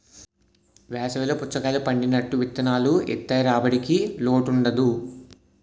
వేసవి లో పుచ్చకాయలు పండినట్టు విత్తనాలు ఏత్తె రాబడికి లోటుండదు